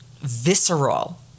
visceral